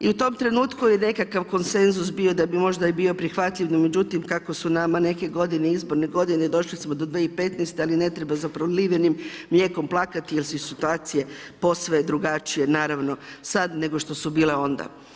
I u tom trenutku je nekakav konsenzus bio da bi možda bio prihvatljiv, no međutim kako su nama neke godine izborne godine došli smo do 2015. ali ne treba za prolivenim mlijekom plakat jer su situacije posve drugačije naravno sada nego što su bile onda.